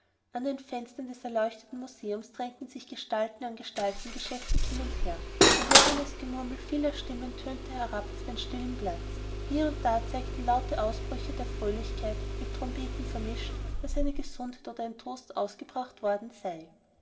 an den fenstern des erleuchteten museums drängten sich gestalten an gestalten geschäftig hin und her verworrenes gemurmel vieler stimmen tönte herab auf den stillen platz hie und da zeigten laute ausbrüche der fröhlichkeit mit trompeten vermischt daß eine gesundheit oder ein toast ausgebracht worden sei